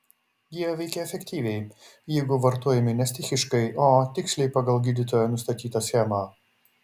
jie veikia efektyviai jeigu vartojami ne stichiškai o tiksliai pagal gydytojo nustatytą schemą